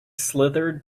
slithered